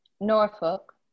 norfolk